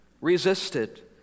resisted